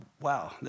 Wow